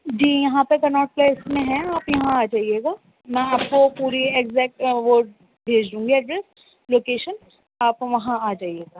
جی یہاں پہ Connaught Place میں ہے آپ یہاں آ جائیے گا میں آپ کو پوری ایکزیکٹ وہ بھیج دونگی ایڈریس لوکیشن آپ وہاں آ جائیے گا